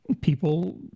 people